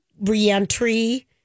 reentry